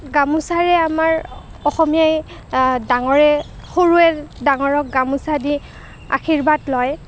গামোচাৰে আমাৰ অসমীয়াই ডাঙৰে সৰুৱে ডাঙৰক গামোচা দি আশীৰ্বাদ লয়